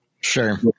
Sure